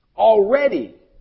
Already